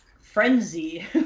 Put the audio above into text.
frenzy